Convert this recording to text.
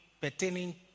pertaining